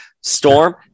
Storm